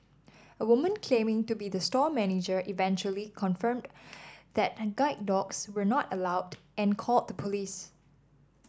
a woman claiming to be the store manager eventually confirmed that guide dogs were not allowed and called the police